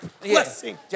blessing